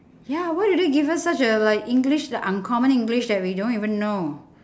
ya why did they give us such a like english the uncommon english that we don't even know